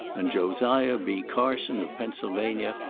and josiah b. carson, of pennsylvania,